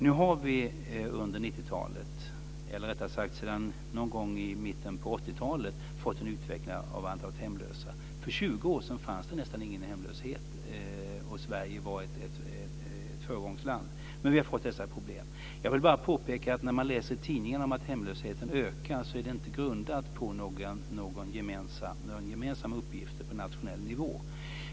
Nu har vi sedan någon gång i mitten av 80-talet fått en utveckling av antalet hemlösa. För 20 år sedan fanns det nästan ingen hemlöshet, och Sverige var ett föregångsland, men vi har fått dessa problem. Jag vill bara påpeka att det som man läser i tidningen om att hemlösheten ökar inte är grundat på några gemensamma uppgifter på nationell nivå.